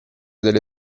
delle